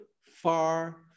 far